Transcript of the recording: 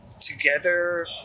together